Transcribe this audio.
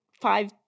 five